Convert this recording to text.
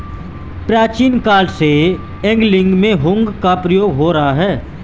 प्राचीन काल से एंगलिंग में हुक का प्रयोग हो रहा है